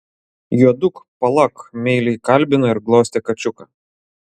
juoduk palak meiliai kalbino ir glostė kačiuką